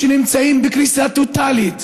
החולים, שנמצאים בקריסה טוטלית.